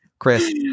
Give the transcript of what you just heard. Chris